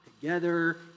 together